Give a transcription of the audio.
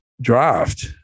draft